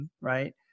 right